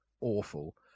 awful